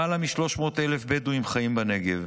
למעלה מ-300,000 בדואים חיים בנגב,